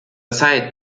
zeit